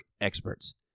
experts